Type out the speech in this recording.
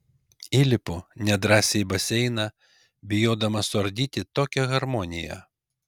įlipu nedrąsiai į baseiną bijodama suardyti tokią harmoniją